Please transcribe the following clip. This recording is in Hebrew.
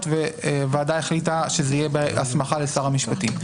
והוועדה החליטה שזה בהסמכה לשר המשפטים,